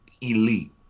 elite